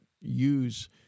use